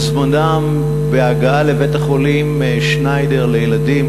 זמנם בהגעה לבית-החולים שניידר לילדים,